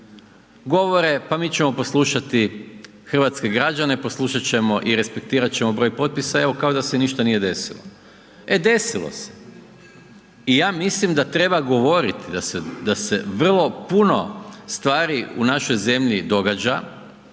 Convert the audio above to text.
Govore pa mi ćemo poslušati hrvatske građane, poslušati ćemo i respektirati ćemo broj potpisa evo kao da se ništa nije desilo. E desilo se i ja mislim da treba govoriti da se vrlo puno stvari u našoj zemlji događa